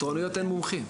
בתורנויות אין בכלל מומחים.